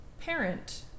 parent